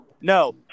No